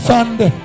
Sunday